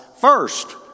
first